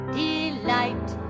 delight